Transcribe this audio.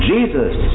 Jesus